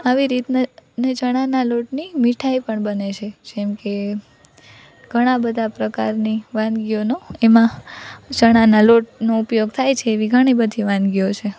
આવી રીતના ચણાના લોટની મીઠાઈઓ પણ બને છે જેમકે ઘણા બધા પ્રકારની વાનગીઓનો એમાં ચણાના લોટનો ઉપયોગ થાય છે એવી ઘણી બધી વાનગીઓ છે